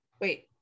Wait